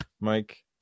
Mike